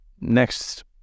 next